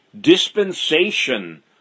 dispensation